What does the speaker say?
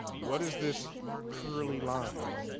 what is this curly line?